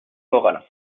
morale